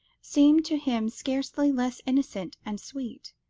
seemed to him scarcely less innocent and sweet,